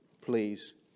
please